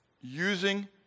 using